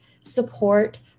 support